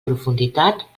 profunditat